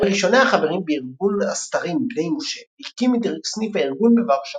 היה מראשוני החברים בארגון הסתרים בני משה והקים את סניף הארגון בוורשה.